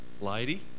lady